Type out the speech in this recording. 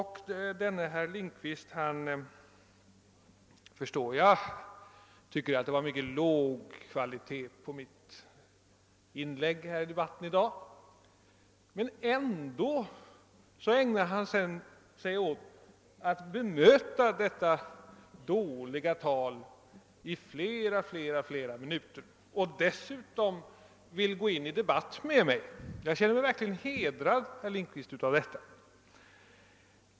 Herr Lindkvist tycker, förstår jag, att det var mycket låg kvalitet på mitt inlägg i dagens debatt, men ändå ägnar han sig åt att bemöta detta dåliga tal i flera minuter och vill gå in i debatt med mig. Jag känner mig verkligen hedrad, herr Lindkvist.